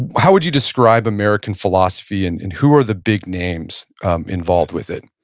how would you describe american philosophy, and and who are the big names involved with it?